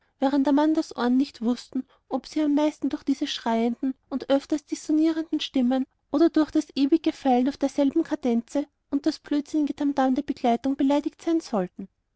während amandas ohren nicht wußten ob sie am meisten durch diese schreienden und öfters dissonierenden stimmen oder durch das ewige feilen auf derselben kadenze und das blödsinnige tam tam der begleitung beleidigt sein sollten